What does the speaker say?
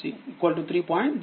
007